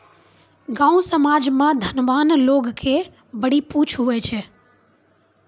गाँव समाज मे धनवान लोग के बड़ी पुछ हुवै छै